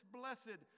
blessed